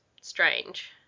strange